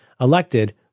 elected